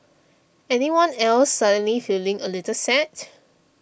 anyone else suddenly feeling a little sad